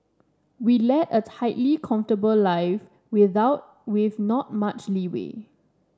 we lead a tightly comfortable life without with not much leeway